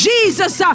Jesus